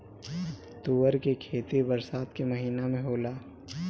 तूअर के खेती बरसात के महिना में होला